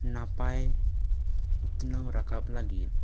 ᱱᱟᱯᱟᱭ ᱩᱛᱱᱟᱹᱣ ᱨᱟᱠᱟᱵ ᱞᱟᱹᱜᱤᱫ